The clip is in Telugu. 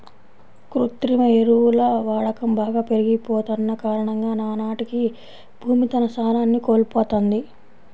కృత్రిమ ఎరువుల వాడకం బాగా పెరిగిపోతన్న కారణంగా నానాటికీ భూమి తన సారాన్ని కోల్పోతంది